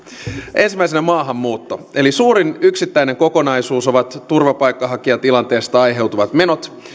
ensimmäisenä maahanmuutto suurin yksittäinen kokonaisuus on turvapaikanhakijatilanteesta aiheutuvat menot